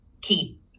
key